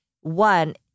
one